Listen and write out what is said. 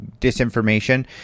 disinformation